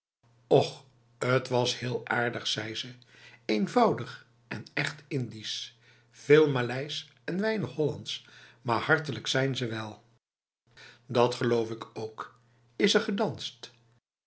och t was heel aardig zei ze eenvoudig en echt lndisch veel maleis en weinig hollands maar hartelijk zijn ze wel dat geloof ik ook is er gedanst